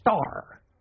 star